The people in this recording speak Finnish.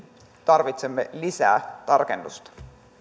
tarvitsemme lisää tarkennusta